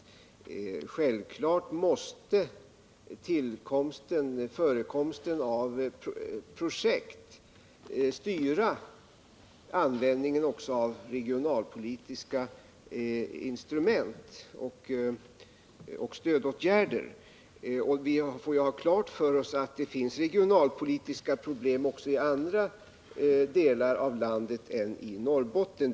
Det är självklart att förekomsten av projekt måste styra användningen också av regionalpolitiska instrument och stödåtgärder. Vi får ha klart för oss att det finns regionalpolitiska problem också i andra delar av landet än i Norrbotten.